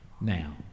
Now